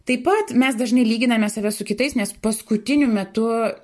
taip pat mes dažnai lyginame save su kitais nes paskutiniu metu